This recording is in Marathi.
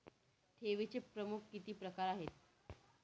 ठेवीचे प्रमुख किती प्रकार आहेत?